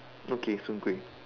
okay soon-Kueh